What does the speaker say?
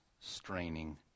straining